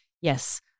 yes